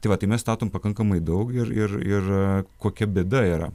tai vat tai mes statom pakankamai daug ir ir ir kokia bėda yra